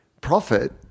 profit